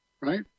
right